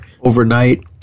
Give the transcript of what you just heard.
overnight